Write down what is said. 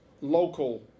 local